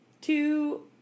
two